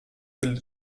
del